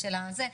הכסף.